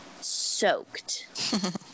soaked